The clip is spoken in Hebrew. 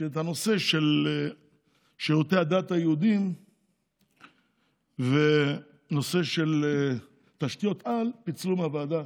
כשאת נושא שירותי הדת היהודיים ונושא תשתיות-העל פיצלו מהוועדה